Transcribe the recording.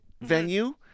venue